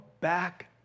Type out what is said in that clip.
back